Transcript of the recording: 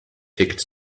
tickets